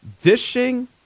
Dishing